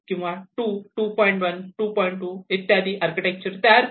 2 इत्यादी आर्किटेक्चर 2 2